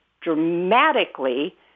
dramatically